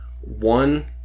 one